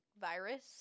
virus